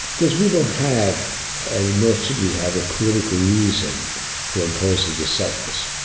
because we don't have nor should we have a political reason for imposing a sentence.